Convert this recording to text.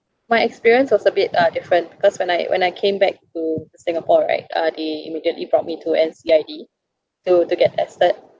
my experience was a bit uh different because when I when I came back to singapore right uh they immediately brought me to N_C_I_D to to get tested